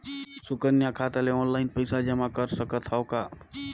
सुकन्या खाता मे ऑनलाइन पईसा जमा कर सकथव का?